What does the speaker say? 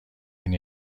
این